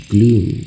Gloom